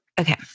Okay